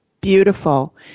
Beautiful